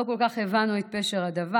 לא כל כך הבנו את פשר הדבר.